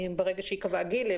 ברגע שייקבע הגיל,